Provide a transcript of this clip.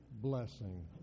blessing